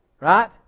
Right